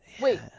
Wait